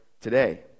today